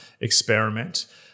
experiment